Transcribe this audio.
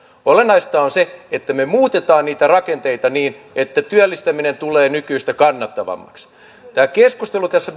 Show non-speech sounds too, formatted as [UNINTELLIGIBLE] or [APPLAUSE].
olennaista on se että me muutamme niitä rakenteita niin että työllistäminen tulee nykyistä kannattavammaksi tässä [UNINTELLIGIBLE]